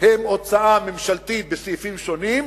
הם הוצאה ממשלתית בסעיפים שונים,